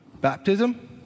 Baptism